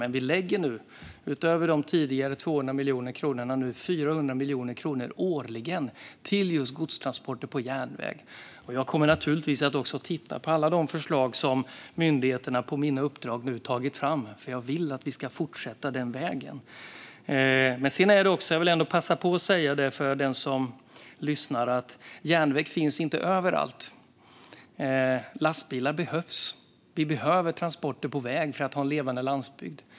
Nu lägger vi dock, utöver de tidigare 200 miljoner kronorna, 400 miljoner årligen till just godstransporter på järnväg. Jag kommer naturligtvis också att titta på alla de förslag som myndigheterna på mitt uppdrag nu tagit fram, för jag vill att vi ska fortsätta på den vägen. Jag vill passa på att säga att järnväg inte finns överallt, utan lastbilar behövs. Vi behöver transporter på väg för att ha en levande landsbygd.